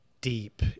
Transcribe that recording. deep